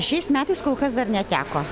šiais metais kol kas dar neteko